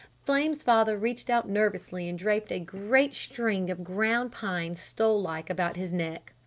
flame's father reached out nervously and draped a great string of ground-pine stole-like about his neck.